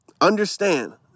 Understand